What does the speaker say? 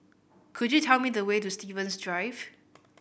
could you tell me the way to Stevens Drive